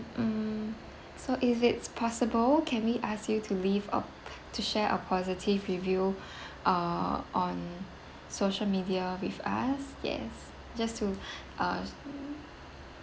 um so is it possible can we ask you to leave a to share a positive review uh on social media with us yes just to uh